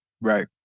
Right